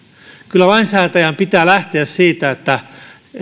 kyllä lainsäätäjän pitää lähteä siitä että